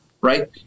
right